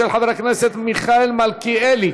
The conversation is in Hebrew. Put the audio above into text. של חבר הכנסת מיכאל מלכיאלי